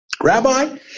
Rabbi